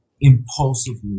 impulsively